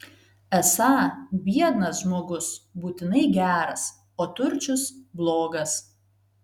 esą biednas žmogus būtinai geras o turčius blogas